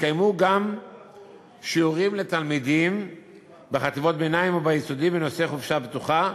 התקיימו גם שיעורים לתלמידים בחטיבות ביניים וביסודי בנושא חופשה בטוחה,